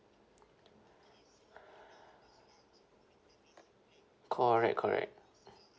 correct correct